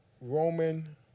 Roman